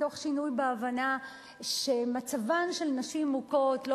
מתוך שינוי בהבנה שמצבן של נשים מוכות לא